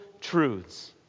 truths